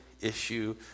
issue